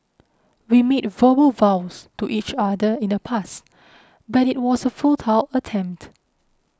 we made verbal vows to each other in the past but it was a futile attempt